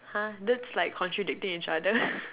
!huh! that's like contradicting each other